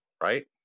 right